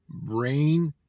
brain